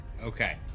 Okay